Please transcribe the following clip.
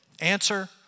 answer